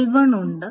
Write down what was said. L1 ഉണ്ട്